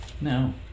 No